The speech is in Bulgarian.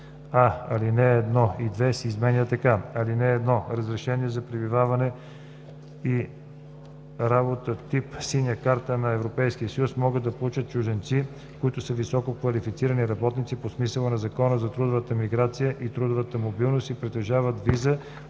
алинеи 1 и 2 се изменят така: „(1) Разрешение за пребиваване и работа тип „синя карта на ЕС“ могат да получат чужденци, които са висококвалифицирани работници по смисъла на Закона за трудовата миграция и трудовата мобилност и притежават виза